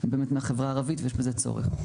הם באמת מהחברה הערבית ויש בזה צורך.